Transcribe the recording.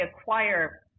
acquire